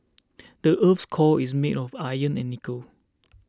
the earth's core is made of iron and nickel